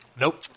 Nope